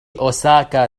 أوساكا